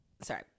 Sorry